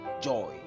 joy